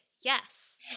Yes